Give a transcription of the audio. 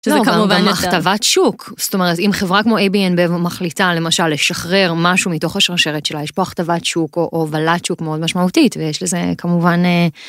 שזה כמובן הכתבת שוק. זאת אומרת אם חברה כמו AB InBev מחליטה למשל לשחרר משהו מתוך השרשרת שלה יש פה הכתבת שוק או הובלת שוק מאוד משמעותית ויש לזה כמובן